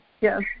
Yes